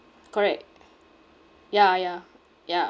correct ya ya ya